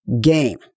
game